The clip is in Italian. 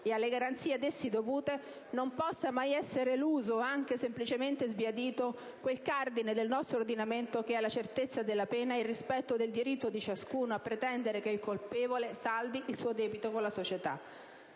e alle garanzie ad essi dovute, non possa mai essere eluso o anche semplicemente sbiadito quel cardine del nostro ordinamento che è la certezza della pena e il rispetto del diritto di ciascuno a pretendere che il colpevole saldi il suo debito con la società.